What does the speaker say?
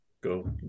Go